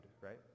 right